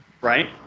right